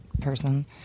person